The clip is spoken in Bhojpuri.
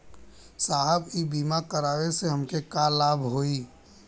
साहब इ बीमा करावे से हमके का लाभ होई?